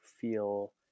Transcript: feel